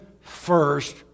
first